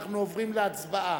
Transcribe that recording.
אנחנו עוברים להצבעה.